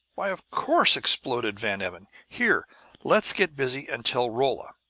why, of course! exploded van emmon. here let's get busy and tell rolla!